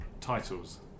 titles